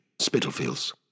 Spitalfields